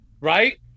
Right